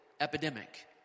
epidemic